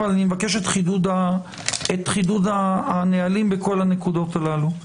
אבל אני מבקש את חידוד הנהלים בכל הנקודות הללו.